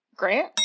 Grant